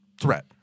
threat